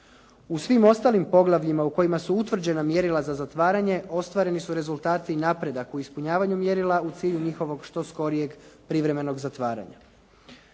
U svim ostalim poglavljima u kojima su utvrđena mjerila za zatvaranje ostvareni su rezultati i napredak u ispunjavanju mjerila u cilju njihovog što skorijeg privremenog zatvaranja.